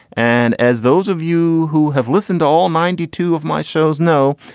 and as those of you who have listened to all ninety two of my shows, no,